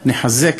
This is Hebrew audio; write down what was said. נחזק